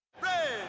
Red